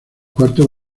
cuarto